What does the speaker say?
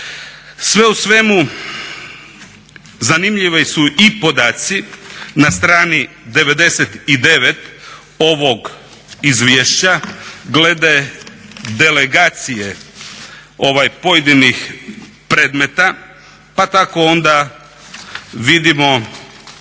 Sve u svemu zanimljivi su i podaci na strani 99. ovog izvješća glede delegacije pojedinih predmeta pa tako onda vidimo